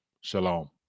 Shalom